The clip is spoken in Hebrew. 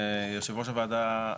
יושב ראש הוועדה,